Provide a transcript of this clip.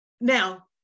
Now